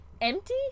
empty